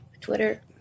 Twitter